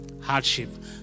hardship